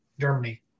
Germany